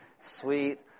Sweet